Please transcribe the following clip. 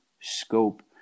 scope